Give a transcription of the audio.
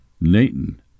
Nathan